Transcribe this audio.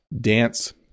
Dance